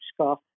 Scott